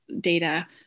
data